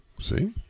See